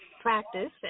practice